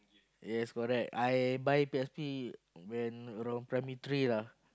yes correct I buy P_S_P when around primary three lah